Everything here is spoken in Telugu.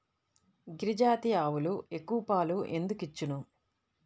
గిరిజాతి ఆవులు ఎక్కువ పాలు ఎందుకు ఇచ్చును?